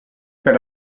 per